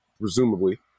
presumably